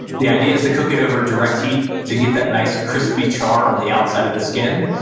the idea is to cook it over direct heat to get that nice, crispy char on the outside of the skin,